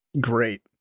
Great